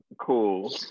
cool